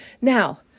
Now